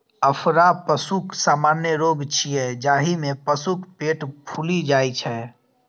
अफरा पशुक सामान्य रोग छियै, जाहि मे पशुक पेट फूलि जाइ छै